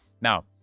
Now